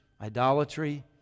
idolatry